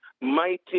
mighty